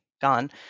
gone